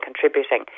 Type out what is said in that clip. contributing